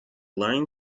line